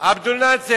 עבד אל-נאצר.